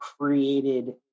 created